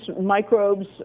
microbes